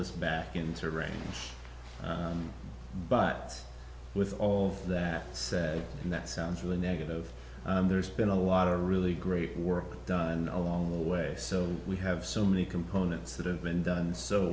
this back into range but with all of that said that sounds really negative there's been a lot of really great work done along the way so we have so many components that have been done so